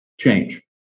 change